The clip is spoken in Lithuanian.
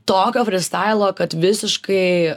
tokio frystailo kad visiškai